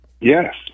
Yes